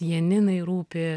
janinai rūpi